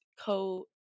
coat